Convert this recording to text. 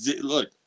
Look